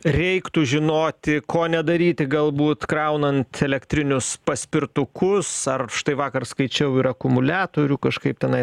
reiktų žinoti ko nedaryti galbūt kraunant elektrinius paspirtukus ar štai vakar skaičiau ir akumuliatorių kažkaip tenai